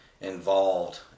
involved